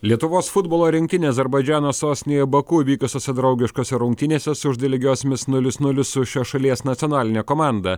lietuvos futbolo rinktinė azerbaidžano sostinėje baku įvykusiose draugiškose rungtynėse sužaidė lygiosiomis nulis nulis su šios šalies nacionaline komanda